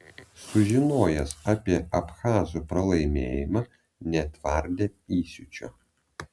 sužinojęs apie abchazų pralaimėjimą netvardė įsiūčio